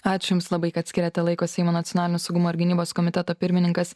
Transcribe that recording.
ačiū jums labai kad skiriate laiko seimo nacionalinio saugumo ir gynybos komiteto pirmininkas